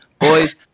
boys